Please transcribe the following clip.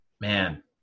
man